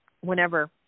whenever